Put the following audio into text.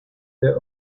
the